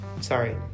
Sorry